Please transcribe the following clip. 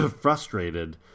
frustrated